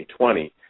2020